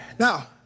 Now